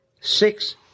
six